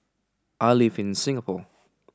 I live in Singapore